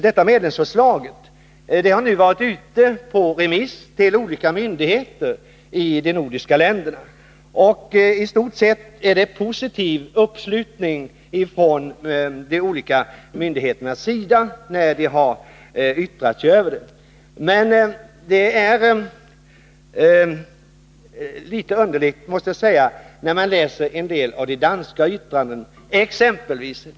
Detta medlingsförslag har varit ute på remiss till olika myndigheter i de nordiska länderna. I stort sett är uppslutningen positiv från de olika myndigheternas sida när de yttrat sig över förslaget. Men när jag läser materialet måste jag säga att jag finner en del av de danska yttrandena litet underliga.